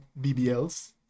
BBLs